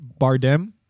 Bardem